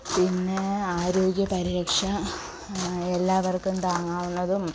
പിന്നേ ആരോഗ്യ പരിരക്ഷ എല്ലാവർക്കും താങ്ങാവുന്നതും